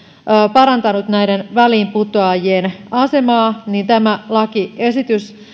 parantanut näiden väliinputoajien asemaa niin tämä lakiesitys